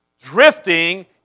Drifting